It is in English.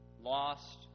lost